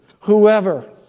Whoever